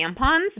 tampons